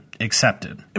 accepted